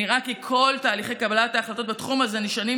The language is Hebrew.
נראה כי כל תהליכי קבלת ההחלטות בתחום הזה נשענים